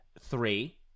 three